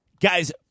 guys